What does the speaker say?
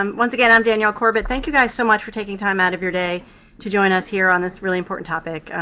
um once again, i'm danielle corbett. thank you guys so much for taking time out of your day to join us here on this really important topic,